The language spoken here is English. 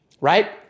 right